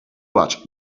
watch